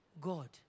God